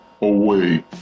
away